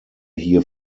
hier